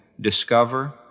discover